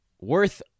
worth